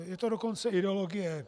Je to dokonce ideologie.